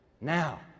Now